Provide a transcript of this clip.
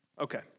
Okay